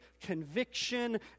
conviction